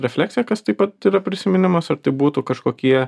refleksija kas taip pat yra prisiminimas ar tai būtų kažkokie